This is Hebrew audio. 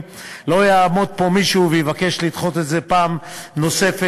לא יעמוד פה מישהו ויבקש לדחות את זה פעם נוספת.